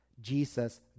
Jesus